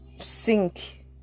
sink